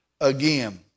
again